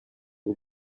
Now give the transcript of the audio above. all